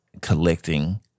collecting